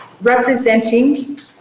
representing